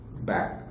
back